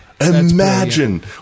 Imagine